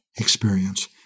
experience